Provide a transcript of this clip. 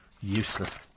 Useless